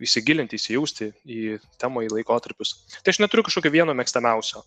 įsigilinti įsijausti į temą į laikotarpius tai aš neturiu kažkokio vieno mėgstamiausio